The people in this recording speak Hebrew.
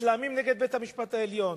מתלהמים נגד בית-המשפט העליון,